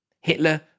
Hitler